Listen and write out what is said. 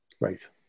Right